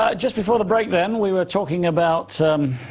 um just before the break then, we were talking about